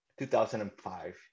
2005